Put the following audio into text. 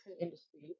industry